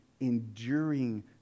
enduring